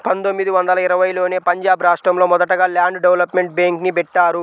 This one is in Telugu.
పందొమ్మిది వందల ఇరవైలోనే పంజాబ్ రాష్టంలో మొదటగా ల్యాండ్ డెవలప్మెంట్ బ్యేంక్ని బెట్టారు